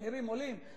המחירים עולים,